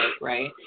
right